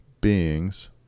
beings